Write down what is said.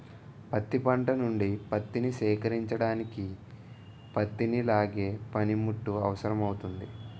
పత్తి పంట నుండి పత్తిని సేకరించడానికి పత్తిని లాగే పనిముట్టు అవసరమౌతుంది